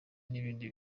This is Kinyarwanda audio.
n’ibindi